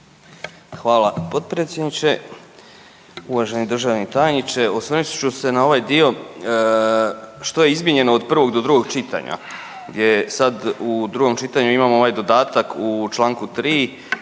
Hvala potpredsjedniče. Uvaženi državni tajniče, osvrnut ću se na ovaj dio što je izmijenjeno od prvog do drugog čitanja gdje sad u drugom čitanju imamo ovaj dodatak u čl. 3